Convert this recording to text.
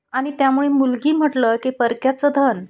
आणि त्यामुळे मुलगी म्हटलं की परक्याचं धन